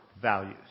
values